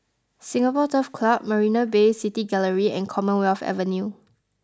Singapore Turf Club Marina Bay City Gallery and Commonwealth Avenue